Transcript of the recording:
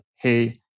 hey